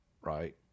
right